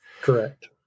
Correct